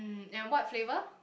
and what flavour